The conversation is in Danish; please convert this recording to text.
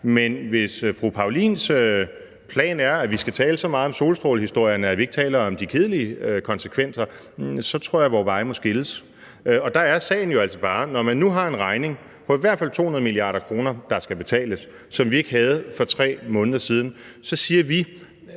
men hvis fru Anne Paulins plan er, at vi skal tale så meget om solstrålehistorierne, at vi ikke taler om de kedelige konsekvenser, så tror jeg, vore veje må skilles. Og der er sagen jo altså bare, at når man nu har en regning på i hvert fald 200 mia. kr., der skal betales, og som vi ikke havde for 3 måneder siden, siger vi,